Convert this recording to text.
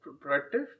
productive